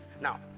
Now